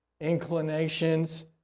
inclinations